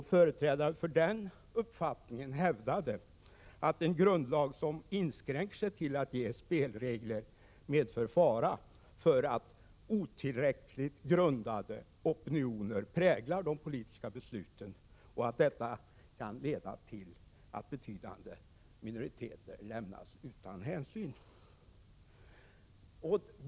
Företrädare för den uppfattningen hävdade att en grundlag som inskränkte sig till att ge spelregler medför fara för att otillräckligt grundade opinioner präglar de politiska besluten och att detta kan leda till att hänsyn inte tas till betydande minoriteter.